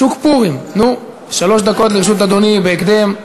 שוק פורים, נו, שלוש דקות לרשות אדוני, בהקדם.